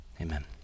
Amen